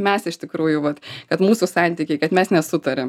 mes iš tikrųjų vat kad mūsų santykiai kad mes nesutariam